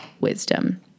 wisdom